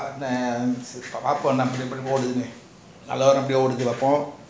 நம்ம:namma